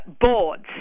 boards